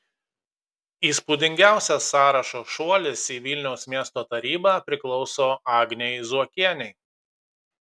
įspūdingiausias sąrašo šuolis į vilniaus miesto tarybą priklauso agnei zuokienei